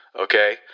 okay